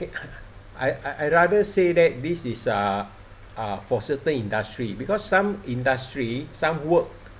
I I rather say that this is uh uh for certain industry because some industry some work